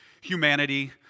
humanity